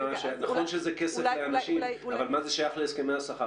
נכון שזה כסף לאנשים, אבל מה זה שייך להסכמי השכר?